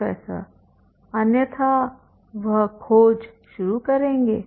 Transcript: professor अन्यथा वह खोज शुरू करेंगे